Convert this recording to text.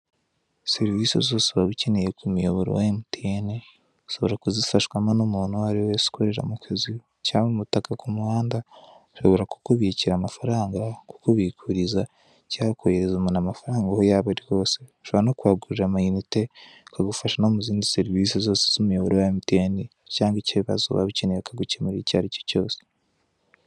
Serivise zose waba ukeneye k'umuyoboro wa emetiyene ushobara kuzifashwa n'umuntu uwo ariwe wese ukorera mu kazu cyangwa mu mutaka ku muhanda ashobora kukubikira amafaranga, kukubikuriza cyangwa koherereza umuntu amafaranga aho yaba ari hose. Ushobora no kuhagurira amayinite akagufasha no muzindi serivise zose z'umuyoboro wa emutiyeni cyangwa ikibazo waba ukeneye bakagukemurira icyo aricyo cyose.